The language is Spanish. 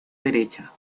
derecha